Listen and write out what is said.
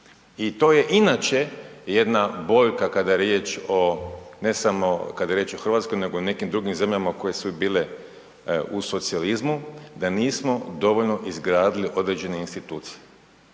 I to je inače jedna boljka kada je riječ o ne samo o Hrvatskoj nego i o nekim drugim zemljama koje su bile u socijalizmu, da nismo dovoljno izgradili određene institucije.